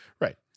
right